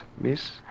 miss